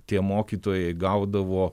tie mokytojai gaudavo